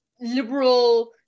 liberal